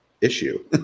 issue